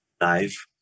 life